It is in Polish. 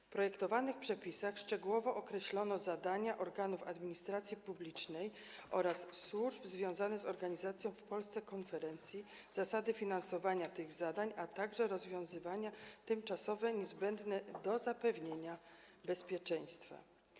W projektowanych przepisach szczegółowo określono zadania organów administracji publicznej oraz służb związane z organizacją w Polsce konferencji, zasady finansowania tych zadań, a także rozwiązania tymczasowe niezbędne do zapewnienia bezpieczeństwa.